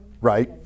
Right